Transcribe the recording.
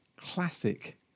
classic